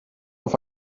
auf